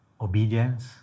obedience